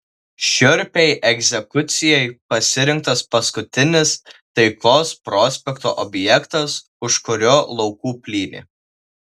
šiurpiai egzekucijai pasirinktas paskutinis taikos prospekto objektas už kurio laukų plynė